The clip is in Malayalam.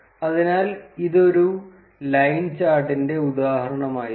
അതിനാൽ ഇത് ഒരു ലൈൻ ചാർട്ടിന്റെ ഉദാഹരണമായിരുന്നു